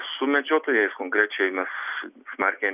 su medžiotojais konkrečiai mes smarkiai